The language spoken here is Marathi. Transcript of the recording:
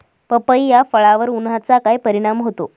पपई या फळावर उन्हाचा काय परिणाम होतो?